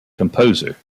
composer